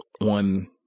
one